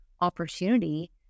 opportunity